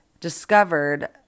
discovered